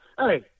Hey